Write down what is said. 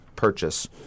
purchase